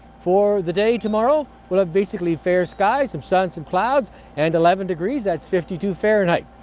for the day tomorrow, we'll have basically fair skies, some sun, some clouds and eleven degrees, that's fifty two fahrenheit.